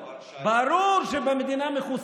לא, אבל כשהיו להם חיסונים.